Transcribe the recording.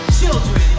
children